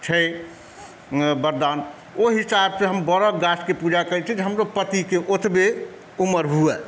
छै वरदान ओहि हिसाबसँ हम वरक गाछके पूजा करै छथि जे हमरो पतिके ओतबे उमर हुअए